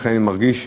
לכן, אני מרגיש